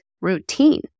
routine